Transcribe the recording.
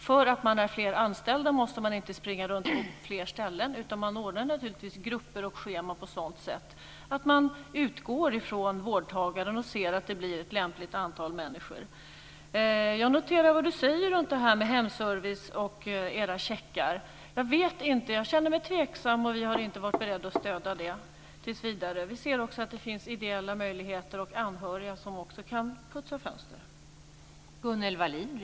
För att man är flera anställda måste man inte springa runt på fler ställen, utan man ska naturligtvis ordna grupper och scheman på ett sådant sätt att man utgår från vårdtagaren och ser till att det blir ett lämpligt antal människor. Jag noterar vad Gunnel Wallin säger om detta med hemservice och era checkar. Jag känner mig tveksam, och vi har inte varit beredda att stödja förslaget tills vidare. Vi ser också att det finns ideella möjligheter och också anhöriga som kan putsa fönster.